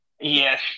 Yes